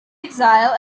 exile